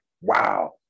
wow